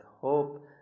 hope